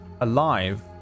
alive